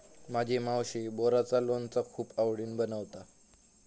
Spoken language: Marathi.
माझी मावशी बोराचा लोणचा खूप आवडीन बनवता